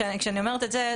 כשאני אומרת את זה,